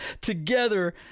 together